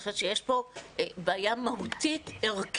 אני חושבת שיש פה בעיה מהותית ערכית,